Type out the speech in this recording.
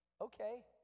Okay